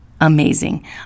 amazing